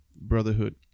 brotherhood